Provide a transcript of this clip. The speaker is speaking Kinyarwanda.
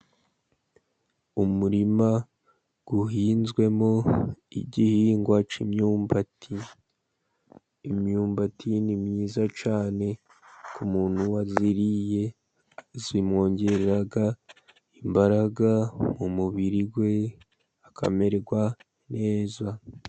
Umurima uhinzwemo igihingwa cy'imyumbati, imyumbati ni myiza cyane ku muntu wayiriye, imwongerera imbaraga mu mubiri we, akamererwa neza.